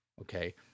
okay